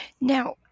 Now